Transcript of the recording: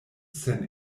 sen